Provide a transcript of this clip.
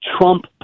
Trump